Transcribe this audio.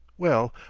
well,